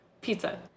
Pizza